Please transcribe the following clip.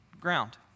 ground